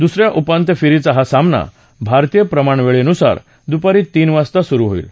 द्सऱ्या उपांत्य फेरीचा हा सामना भारतीय प्रमाणवेळेनुसार द्पारी तीन वाजता सुरु होईल